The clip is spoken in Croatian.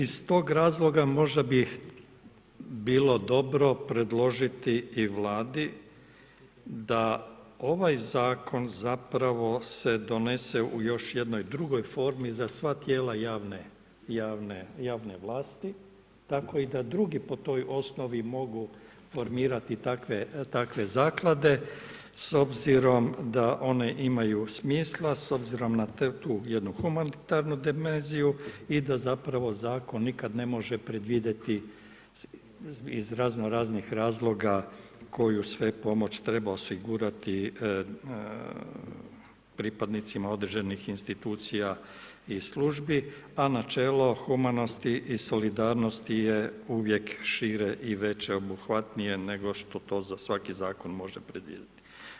Iz tog razloga možda bi bilo dobro predložiti i Vladi da ovaj Zakon zapravo se donese u još jednoj drugoj formi za sva tijela javne vlasti, tako i da drugi po toj osnovi mogu formirati takve zaklade, s obzirom da one imaju smislu, s obzirom na tu jednu humanitarnu dimenziju i da zapravo Zakon nikad ne može predvidjeti iz razno-raznih razloga koju sve pomoć treba osigurati pripadnicima određenih institucija i službi, a načelo humanosti i solidarnosti je uvijek šire i veće obuhvatnije nego što to svaki zakon može predvidjeti.